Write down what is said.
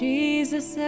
Jesus